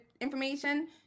information